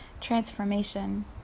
transformation